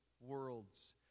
worlds